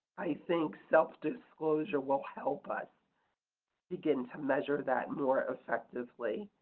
i think self-disclosure will help us begin to measure that more effectively.